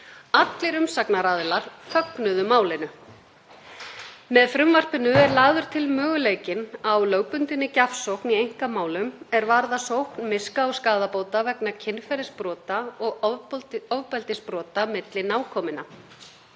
Allir umsagnaraðilar fögnuðu málinu. Með frumvarpinu er lagður til möguleikinn á lögbundinni gjafsókn í einkamálum er varða sókn miska- og skaðabóta vegna kynferðisbrota og ofbeldisbrota milli nákominna.